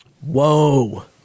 whoa